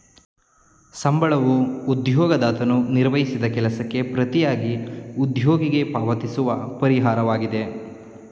ಸಂಬಳವೂ ಉದ್ಯೋಗದಾತನು ನಿರ್ವಹಿಸಿದ ಕೆಲಸಕ್ಕೆ ಪ್ರತಿಯಾಗಿ ಉದ್ಯೋಗಿಗೆ ಪಾವತಿಸುವ ಪರಿಹಾರವಾಗಿದೆ